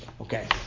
Okay